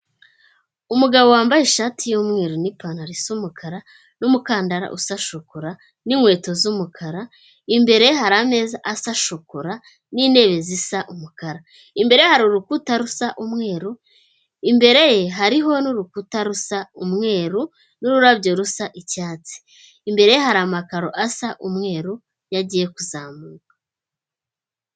Umugabo wambaye ishati y'umweru n'ipantaro isa umukara, n'umukandara usa shokora, n'inkweto z'umukara, imbere hari ameza asa shokora n'intebe zisa umukara, imbere hari urukuta rusa umweru, imbere ye hariho n'urukuta rusa umweru, n'ururabyo rusa icyatsi, imbere ye hari amakaro asa umweru, niyo agiye kuzamuka.